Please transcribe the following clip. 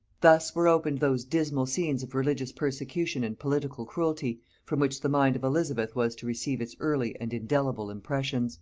thus were opened those dismal scenes of religious persecution and political cruelty from which the mind of elizabeth was to receive its early and indelible impressions